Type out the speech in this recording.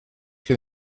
gen